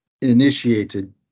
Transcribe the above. initiated